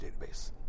database